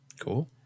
Cool